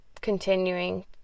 continuing